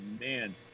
man